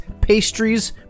pastries